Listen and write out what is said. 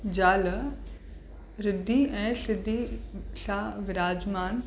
ज़ाल रिद्धि ऐं सिद्धि सां विराज़मान